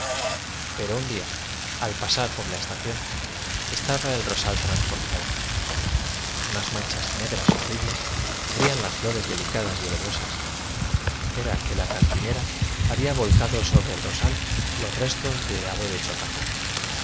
pero un día al pasar por la estación estaba el rosal transformado unas manchas negras horribles cubrían las flores delicadas y olorosas era que la cantinera había volcado sobre el rosal los restos de haber hecho café